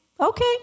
okay